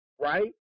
right